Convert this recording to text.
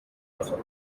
راحتتر